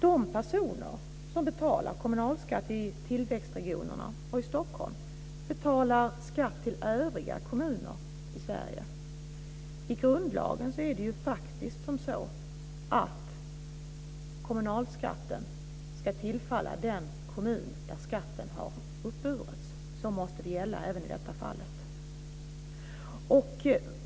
De personer som betalar kommunalskatt i tillväxtregionerna och i Stockholm betalar skatt till övriga kommuner i Sverige. Enligt grundlagen ska kommunalskatten tillfalla den kommun där skatten har uppburits. Så måste gälla även i detta fall.